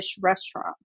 restaurant